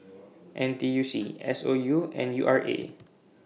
N T U C S O U and U R A